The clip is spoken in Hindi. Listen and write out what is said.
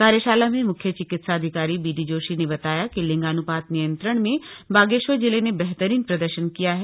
कार्यशाला में मुख्य चिकित्साधिकारी बीडी जोशी ने बताया कि लिंगान्पात नियंत्रण में बागेश्वर जिले ने बेहतरीन प्रदर्शन किया है